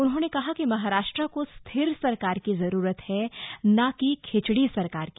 उन्होंने कहा कि महाराष्ट्र को स्थिर सरकार की जरूरत है न कि खिचड़ी सरकार की